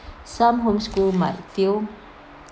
some homeschool might feel